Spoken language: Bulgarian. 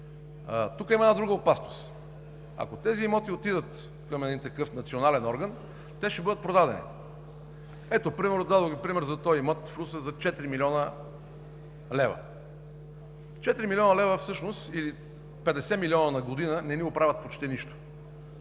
Тук има една друга опасност – ако тези имоти отидат към един такъв национален орган, те ще бъдат продадени. Дадох Ви пример за имота в Русе за 4 млн. лв. Четири милиона лева всъщност, или 50 милиона на година не ни оправят почти нищо.